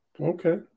Okay